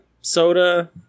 soda